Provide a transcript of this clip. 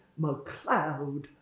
McLeod